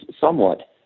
somewhat